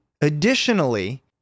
Additionally